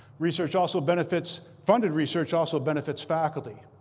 research also benefits funded research also benefits faculty.